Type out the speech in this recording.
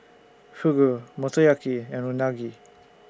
Fugu Motoyaki and Unagi